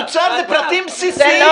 המוצר זה פרטים בסיסיים.